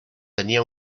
tenía